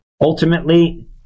ultimately